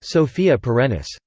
sophia perennis.